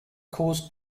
caused